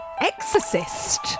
Exorcist